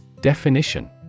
Definition